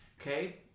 Okay